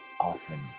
often